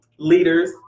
leaders